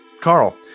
Carl